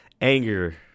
anger